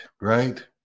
right